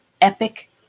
epic